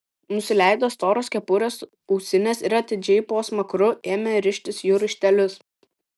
nusileido storos kepurės ausines ir atidžiai po smakru ėmė rištis jų raištelius